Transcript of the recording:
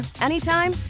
anytime